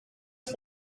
cut